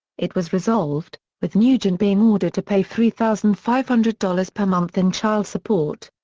it was resolved, with nugent being ordered to pay three thousand five hundred dollars per month in child support.